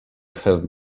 have